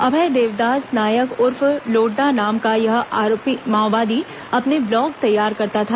अभय देवदास नायक उर्फ लोड्डा नाम का यह माओवादी अपने ब्लॉग तैयार करता था